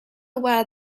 aware